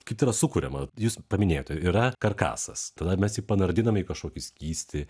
kaip tai yra sukuriama jūs paminėjote yra karkasas tada mes jį panardiname į kažkokį skystį